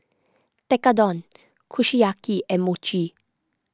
Tekkadon Kushiyaki and Mochi